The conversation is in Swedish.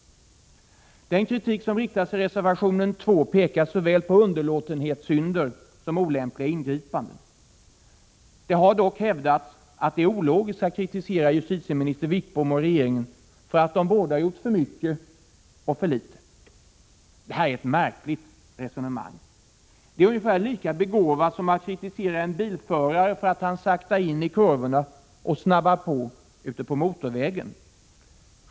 Den kritik som riktas i reservation 2 pekar såväl på underlåtenhetssynder som på olämpliga ingripanden. Det har dock hävdats att det är ologiskt att kritisera justitieminister Sten Wickbom och regeringen för att de har gjort både för mycket och för litet. Detta är ett märkligt resonemang. Det är ungefär lika begåvat som att kritisera en bilförare för att han saktar in i kurvorna och snabbar på ute på motorvägen.